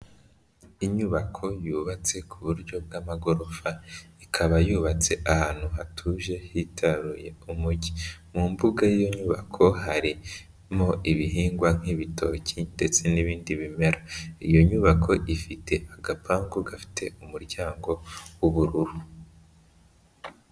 Inyubako yubatse ku buryo bw'amagorofa ikaba yubatse ahantu hatuje hitaruye umujyi, mu mbuga y'inyubako harimo ibihingwa nk'ibitoki ndetse n'ibindi bimera iyo nyubako ifite agapangu gafite umuryango w'ubururu.